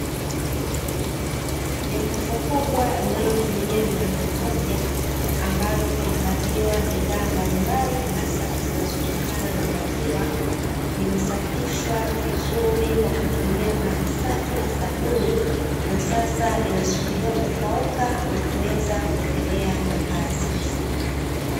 Duka kubwa linalotumia mlango mmoja ambalo, huhifadhiwa bidhaa mbalimbali hasa zinazotokana na maziwa, limesafishwa vizuri kwa kutumia maji safi na sabuni, na sasa linasubiriwa kukauka na kuweza kuendelea na kazi.